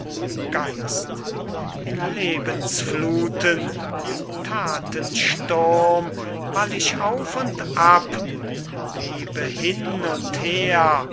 gleichen in lebensfluthen im thatensturm wall ich auf und ab webe hin und her